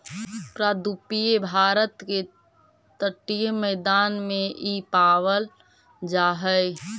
प्रायद्वीपीय भारत के तटीय मैदान में इ पावल जा हई